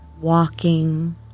walking